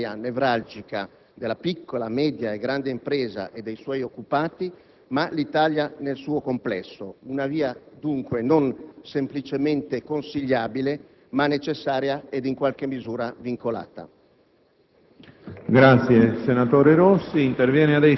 potenzialità nell'interesse più ampio di tutta la comunità nazionale. Sulla questione Alitalia le responsabilità sono molte e le domande cui non si è stati in grado di rispondere affondano ormai nel passato; migliorare Malpensa, la sua forza-lavoro e le sue potenzialità,